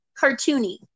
cartoony